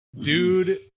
Dude